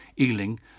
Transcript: Ealing